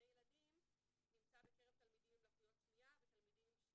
ילדים נמצא בקרב תלמידים עם לקויות שמיעה ותלמידים עם